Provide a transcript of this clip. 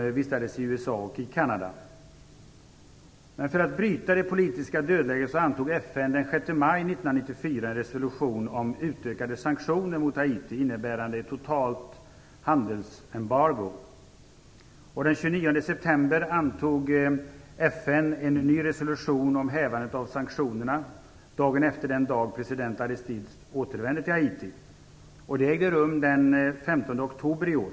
De vistades i USA och Kanada. För att bryta det politiska dödläget antog FN den 6 september antog FN en ny resolution om hävandet av sanktionerna dagen efter den dag då president Aristide återvänder till Haiti. Det ägde rum den 15 oktober i år.